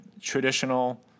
traditional